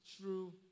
true